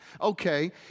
Okay